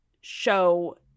show